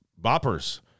boppers